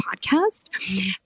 podcast